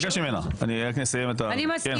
אני אבקש ממנה, רק נסיים את הסבב.